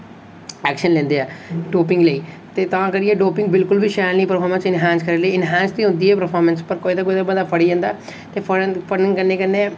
action लैंदे ऐ doping लेई ते तां करियै डोपिंग बिलकुल बी शैल निं परफारमेंस एनहान्स करने लेई एनहान्स ते होंदी ऐ परफारमेंस पर कोई ना कोई बंदा फड़ी जंदा ऐ ते फड़न फड़ने कन्नै कन्नै